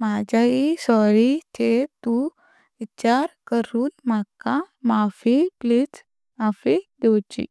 मजी सॉरी चेर तु विचार करून मका माफि प्लीझ माफि दिवची।